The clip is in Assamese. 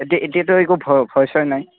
এতিয়া এতিয়াতো একো ভ ভয় ছয় নাই